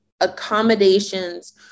accommodations